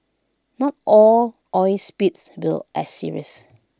not all oil spills were as serious